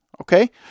okay